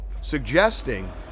suggesting